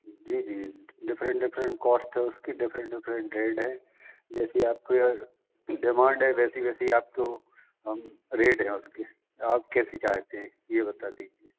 जी जी different different cost है उसकी डिफरेंट डिफरेंट रेट है जैसे आपको डिमांड है वैसी वैसी आपको हम रेट है उसकी आप कैसी चाहते हैं यह बता दीजिए